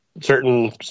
certain